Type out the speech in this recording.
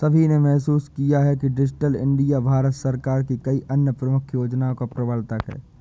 सभी ने महसूस किया है कि डिजिटल इंडिया भारत सरकार की कई अन्य प्रमुख योजनाओं का प्रवर्तक है